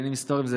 אתה מכניס עכשיו,